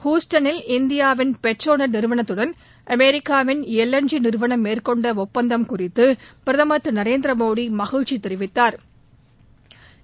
ஹூஸ்டனில் இந்தியாவின் பெட்ரோநெட் நிறுவனத்துடன் அமெரிக்காவின் எல்என்ஜி நிறுவனம் மேற்கொண்ட ஒப்பந்தம் குறித்து பிரதமர் திரு நரேந்திர மோடி மகிழ்ச்சி தெரிவித்தாா்